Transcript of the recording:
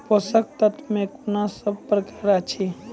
पोसक तत्व मे कून सब प्रकार अछि?